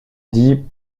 dit